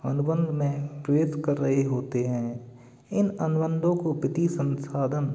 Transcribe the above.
अनुबंध में प्रवेश कर रहे होते हैं इन अनुबंधों को प्रति संसाधन